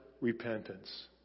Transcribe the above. repentance